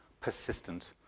persistent